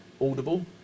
audible